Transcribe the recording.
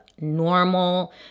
normal